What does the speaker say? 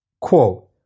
Quote